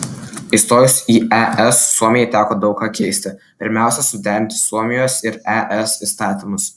įstojus į es suomijai teko daug ką keisti pirmiausia suderinti suomijos ir es įstatymus